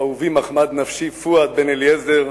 אהובי מחמד נפשי, פואד בן-אליעזר,